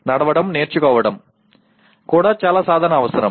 నడవడం నేర్చుకోవడం కూడా చాలా సాధన అవసరం